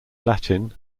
latin